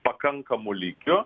pakankamu lygiu